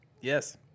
Yes